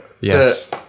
Yes